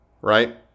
Right